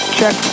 check